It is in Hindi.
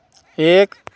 एक